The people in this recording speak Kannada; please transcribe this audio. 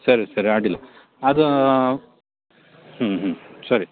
ಸರಿ ಸರಿ ಅಡ್ಡಿಲ್ಲ ಅದು ಹ್ಞೂ ಹ್ಞೂ ಸರಿ